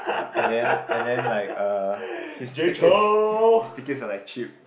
and then and then like uh his tickets his tickets are like cheap